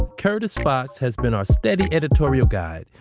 curtis fox has been our steady editorial guide.